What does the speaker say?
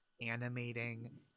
animating